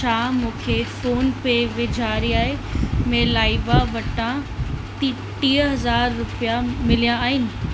छा मूंखे फ़ोन पे ते वेझिड़ाईअ में लाइबा वटां थी टीह हज़ार रुपिया मिलिया आहिनि